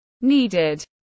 needed